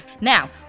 Now